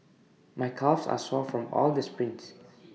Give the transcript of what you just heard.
my calves are sore from all the sprints